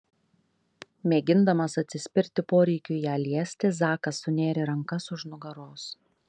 mėgindamas atsispirti poreikiui ją liesti zakas sunėrė rankas už nugaros